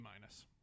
minus